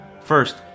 First